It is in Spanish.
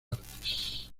artes